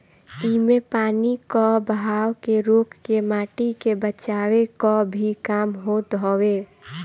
इमे पानी कअ बहाव के रोक के माटी के बचावे कअ भी काम होत हवे